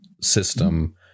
system